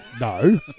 No